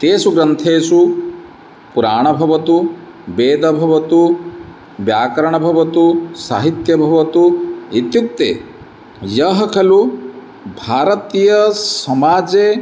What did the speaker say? तेषु ग्रन्थेषु पुराणं भवतु वेदः भवतु व्याकरणं भवतु साहित्यं भवतु इत्युक्ते यः खलु भारतीयसमाजे